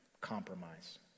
compromise